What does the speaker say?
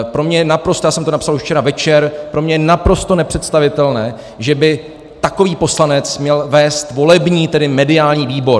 Pro mě je naprosto já jsem to napsal už včera večer pro mě je naprosto nepředstavitelné, že by takový poslanec měl vést volební tedy mediální výbor.